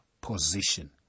position